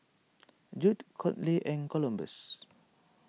Judd Conley and Columbus